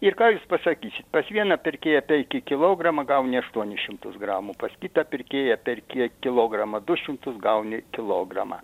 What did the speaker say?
ir ką jūs pasakysit pas vieną pirkėją perki kilogramą gauni aštuonis šimtus gramų pas kitą pirkėją perki kilogramą du šimtus gauni kilogramą